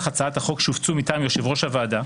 הצעת החוק שהופצו מטעם יושב-ראש הוועדה,